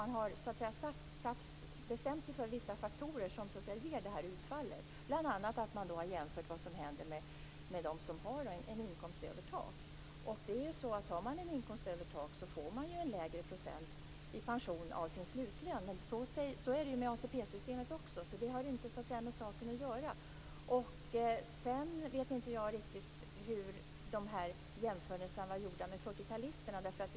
Man har där bestämt sig för vissa faktorer som ger det här utfallet. Man har bl.a. sett efter vad som händer med dem som har en inkomst över taket. Den som har en inkomst över taket får ju en lägre procentandel av sin slutlön i pension, men så är det också i ATP systemet. Det har alltså inte med saken att göra. Jag vet inte riktigt hur de här jämförelserna med 40-talisterna har gjorts.